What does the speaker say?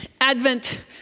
Advent